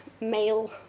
male